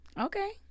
Okay